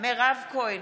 מירב כהן,